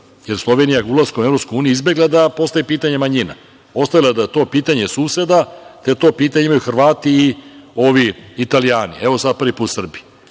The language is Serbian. jer Slovenija ulaskom u EU izbegla da postavi pitanje manjina. Ostavila je da je to pitanje suseda, te to pitanje imaju Hrvati i ovi Italijani, evo sada prvi put Srbi. Znači,